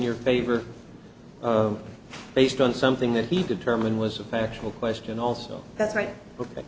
your favor based on something that he determined was a factual question also that's right